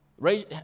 raise